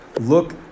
Look